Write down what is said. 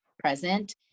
present